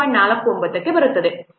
49ಕ್ಕೆ ಬರುತ್ತಿದೆ